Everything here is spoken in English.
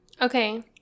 Okay